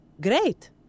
Great